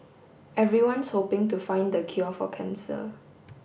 everyone's hoping to find the cure for cancer